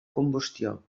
combustió